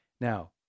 Now